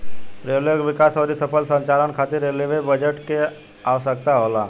railway के विकास अउरी सफल संचालन खातिर रेलवे बजट के आवसकता होला